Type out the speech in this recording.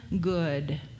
good